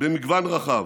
במגוון רחב.